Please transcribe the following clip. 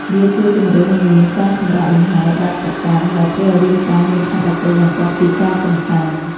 វាជួយជំរុញឱ្យមាន ការសម្រាកលម្ហែបែបសកម្ម ដែលធ្វើឱ្យរាងកាយមានថាមពលបន្ទាប់ពីការកម្សាន្ត។